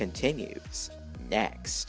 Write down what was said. continue next